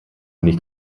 nicht